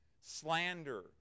slander